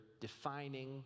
defining